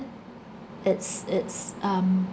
it's it's um